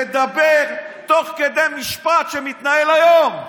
מדבר, תוך כדי משפט שמתנהל היום,